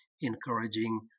encouraging